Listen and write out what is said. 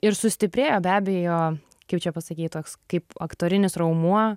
ir sustiprėjo be abejo kaip čia pasakyt toks kaip aktorinis raumuo